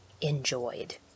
enjoyed